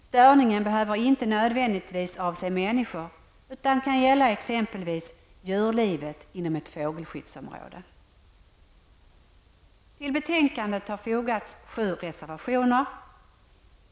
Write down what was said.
Störningen behöver inte nödvändigtvis avse människor, utan den kan gälla t.ex. djurlivet inom ett fågelskyddsområde. Till betänkandet har fogats 7 reservationer.